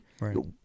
Right